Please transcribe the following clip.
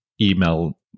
email